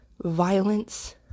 violence